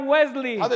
Wesley